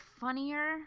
funnier